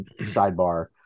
sidebar